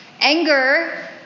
Anger